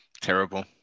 Terrible